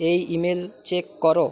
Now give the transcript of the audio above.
এই email check করো